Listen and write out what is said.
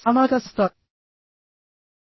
సామాజిక శాస్త్రాలు